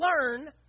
learn